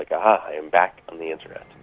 like i am back on the internet.